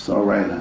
so alright, and